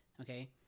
Okay